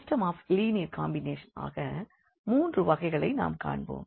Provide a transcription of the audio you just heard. system of linear காம்பினேஷன்ஆக 3 வகைகளை நாம் காண்போம்